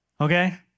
Okay